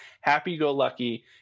happy-go-lucky